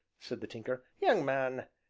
said the tinker. young man,